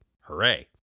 Hooray